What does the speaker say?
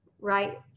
right